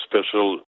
special